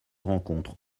rencontre